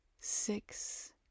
six